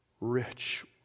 rich